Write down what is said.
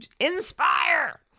Inspire